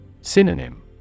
Synonym